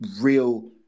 real